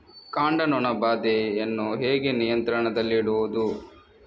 ಕಾಂಡ ನೊಣ ಬಾಧೆಯನ್ನು ಹೇಗೆ ನಿಯಂತ್ರಣದಲ್ಲಿಡುವುದು?